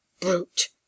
Brute